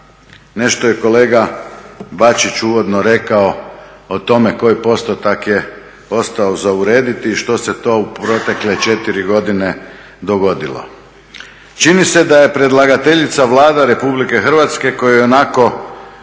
Nešto je kolega Bačić uvodno rekao o tome koji postotak je ostao za urediti i što se to u protekle četiri godine dogodilo. Čini se da je predlagateljica Vlada Republike Hrvatske kojoj ionako